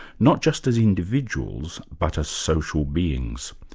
not just as individuals, but as social beings.